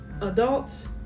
Adults